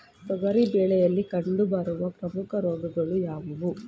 ತೊಗರಿ ಬೆಳೆಯಲ್ಲಿ ಕಂಡುಬರುವ ಪ್ರಮುಖ ರೋಗಗಳು ಯಾವುವು?